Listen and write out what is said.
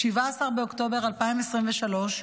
17 באוקטובר 2023,